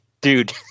dude